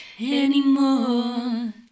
anymore